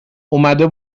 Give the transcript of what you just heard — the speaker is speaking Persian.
اومده